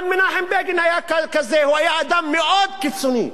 גם מנחם בגין היה כזה, הוא היה אדם מאוד קיצוני.